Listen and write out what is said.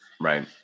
Right